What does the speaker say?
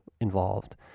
involved